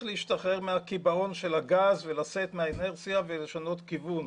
להשתחרר מהקיבעון של הגז ולצאת מהאנרציה ולשנות כיוון.